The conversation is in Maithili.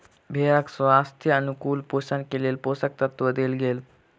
भेड़क स्वास्थ्यक अनुकूल पोषण के लेल पोषक तत्व देल गेल